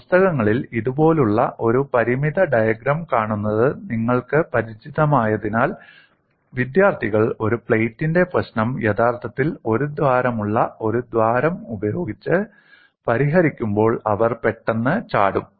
പുസ്തകങ്ങളിൽ ഇതുപോലുള്ള ഒരു പരിമിത ഡയഗ്രം കാണുന്നത് നിങ്ങൾക്ക് പരിചിതമായതിനാൽ വിദ്യാർത്ഥികൾ ഒരു പ്ലേറ്റിന്റെ പ്രശ്നം യഥാർത്ഥത്തിൽ ഒരു ദ്വാരമുള്ള ഒരു ദ്വാരം ഉപയോഗിച്ച് പരിഹരിക്കുമ്പോൾ അവർ പെട്ടെന്ന് ചാടും